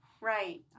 Right